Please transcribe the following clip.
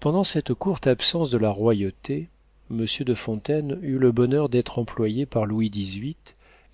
pendant cette courte absence de la royauté monsieur de fontaine eut le bonheur d'être employé par louis xviii